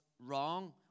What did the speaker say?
wrong